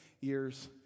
years